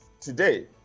today